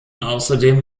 außerdem